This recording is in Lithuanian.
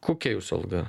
kokia jūsų alga